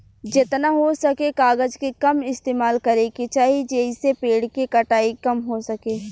जेतना हो सके कागज के कम इस्तेमाल करे के चाही, जेइसे पेड़ के कटाई कम हो सके